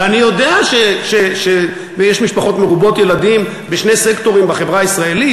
ואני יודע שיש משפחות מרובות ילדים בשני סקטורים בחברה הישראלית,